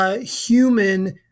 human